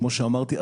כמו שאמרתי,